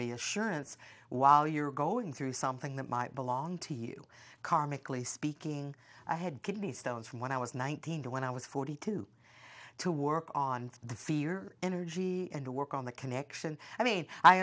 reassurance while you're going through something that might belong to you karmically speaking i had kidney stones when i was nineteen when i was forty two to work on the fear energy and work on the connection i mean i